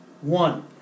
One